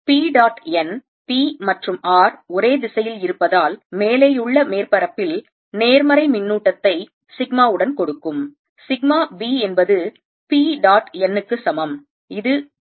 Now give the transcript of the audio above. எனவே p dot n p மற்றும் r ஒரே திசையில் இருப்பதால் மேலேயுள்ள மேற்பரப்பில் நேர்மறை மின்னூட்டத்தை சிக்மாவுடன் கொடுக்கும் சிக்மா b என்பது p டாட் n க்கு சமம் இது p